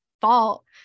fault